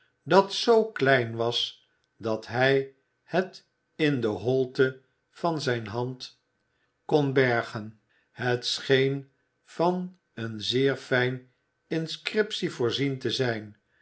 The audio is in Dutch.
dat zoo klein was dat hij het in de holte van zijne hand kon bergen het scheen van een zeer fijn inscriptie voorzien te zijn